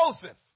Joseph